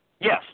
Yes